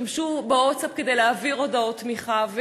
כדי להעביר הודעות תמיכה.